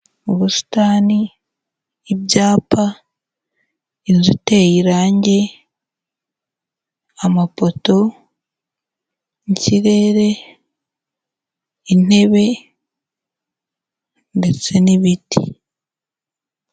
Ubusitani, ibyapa, inzu iteye irange, amapoto, ikirere, intebe ndetse n'ibiti.